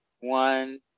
one